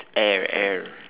air air